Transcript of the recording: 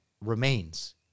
remains